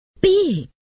big